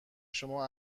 شما